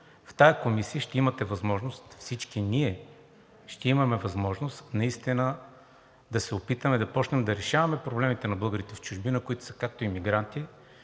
В тази комисия ще имате възможност – всички ние ще имаме възможност наистина да се опитаме да започнем да решаваме проблемите на българите в чужбина, които са както емигранти,